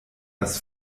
das